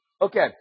Okay